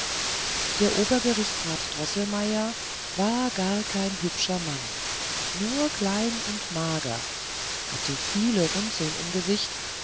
der obergerichtsrat droßelmeier war gar kein hübscher mann nur klein und mager hatte viele runzeln im gesicht